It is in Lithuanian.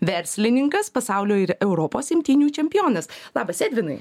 verslininkas pasaulio ir europos imtynių čempionas labas edvinai